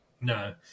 No